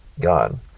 God